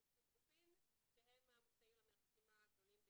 שיתוק מוחין שהם המוסעים למרחקים הגדולים ביותר.